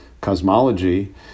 cosmology